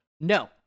No